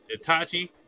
Itachi